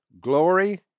glory